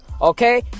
okay